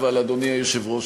אדוני היושב-ראש,